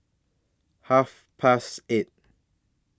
Half Past eight